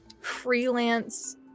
freelance